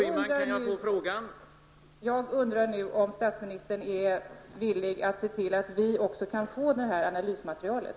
Jag undrar om statsministern är villig att se till att vi också kan få del av det aktuella analysmaterialet.